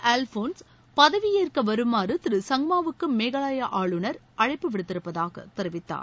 அல்ஃபோன்ஸ் பதவியேற்க வருமாறு திரு சங்மாவுக்கு மேகாலயா ஆளுநர் அழைப்பு திரு விடுத்திருப்பதாக தெரிவித்தார்